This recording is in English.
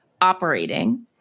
operating